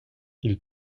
ils